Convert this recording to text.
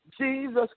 Jesus